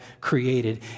created